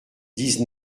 dix